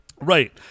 Right